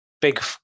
Big